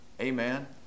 amen